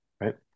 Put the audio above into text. right